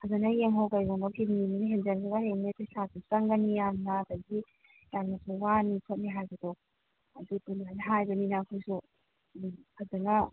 ꯐꯖꯅ ꯌꯦꯡꯍꯧ ꯀꯩꯒꯨꯝꯕ ꯀꯤꯗꯅꯤꯁꯤꯅ ꯍꯦꯟꯖꯤꯟꯒ꯭ꯔꯒ ꯍꯌꯦꯡ ꯅꯣꯏ ꯄꯩꯁꯥꯁꯨ ꯆꯪꯒꯅꯤ ꯌꯥꯝꯅ ꯑꯗꯒꯤ ꯌꯥꯝꯅꯁꯨ ꯋꯥꯅꯤ ꯈꯣꯠꯅꯤ ꯍꯥꯏꯕꯗꯣ ꯑꯗꯨꯗꯨ ꯑꯗꯨꯃꯥꯏꯅ ꯍꯥꯏꯕꯅꯤꯅ ꯑꯩꯍꯣꯏꯁꯨ ꯑꯗꯨꯝ ꯐꯖꯅ